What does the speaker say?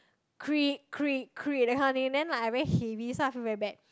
creak creak creak that kind of thing then like I very heavy so I feel very bad